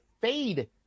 fade